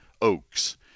oaks